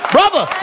Brother